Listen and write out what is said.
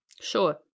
Sure